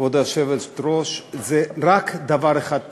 כבוד היושבת-ראש, זה רק דבר אחד פשוט: